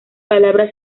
palabra